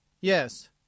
Yes